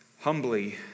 humbly